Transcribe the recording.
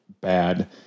bad